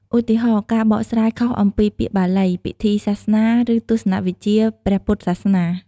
ឧទាហរណ៍ ការបកស្រាយខុសអំពីពាក្យបាលី ពិធីសាសនា ឬទស្សនៈវិជ្ជាព្រះពុទ្ធសាសនា។